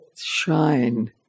shine